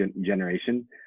generation